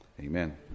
Amen